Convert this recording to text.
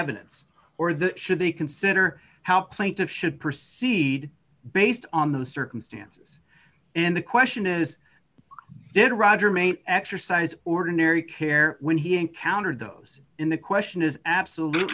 evidence or the should they consider how plaintiff should proceed based on the circumstances and the question is did roger maint exercise ordinary care when he encountered those in the question is absolute